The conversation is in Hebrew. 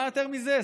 מה יותר מזה?